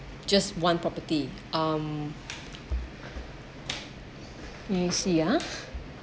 just one property um let me see uh